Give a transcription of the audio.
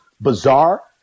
bizarre